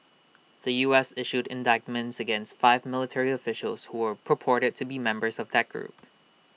the U S issued indictments against five military officials who were purported to be members of that group